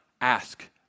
ask